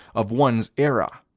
of one's era.